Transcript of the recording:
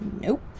Nope